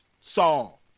Saul